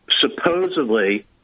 supposedly